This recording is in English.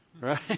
Right